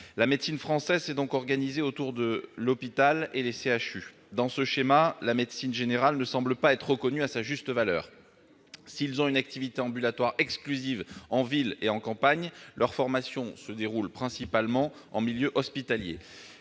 La médecine française s'est organisée autour de l'hôpital et des CHU. Dans ce schéma, la médecine générale ne semble pas être reconnue à sa juste valeur. Même s'ils ont une activité ambulatoire exclusive en ville et à la campagne, les généralistes sont principalement formés en milieu hospitalier.